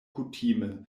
kutime